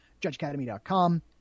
judgeacademy.com